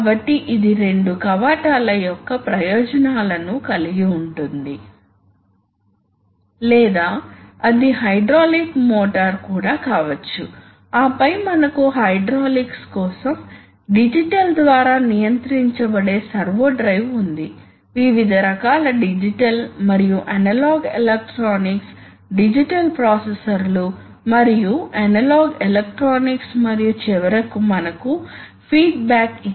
కాబట్టి ఇచ్చిన supply pressure కోసం మొత్తం టార్క్ అందుబాటులో ఉన్న లక్షణం వస్తుంది ఇది రేడియల్ పిస్టన్ మోటారు చిత్రం కాబట్టి మీరు వీటికి ప్రెషర్ ని వర్తింపజేస్తే మీరు ఈ పిస్టన్ లకు వరుసగా సైక్లికల్లి ప్రెషర్ ని వర్తింపజేస్తే ఇది ఈ యాంత్రిక అమరిక కారణంగా రోటేషనల్ మోషన్ ఉంటుంది కాబట్టి ఇది సహజంగానే ఉంటుంది ఇది పాజిటివ్ డిస్ప్లేసెమెంట్ టైప్ అంటే పిస్టన్ కదలిక యొక్క ప్రతి సైకిల్ లో కొంత మొత్తం గాలి సిస్టం కు వెళుతుంది